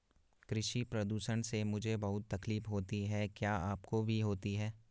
कृषि प्रदूषण से मुझे बहुत तकलीफ होती है क्या आपको भी होती है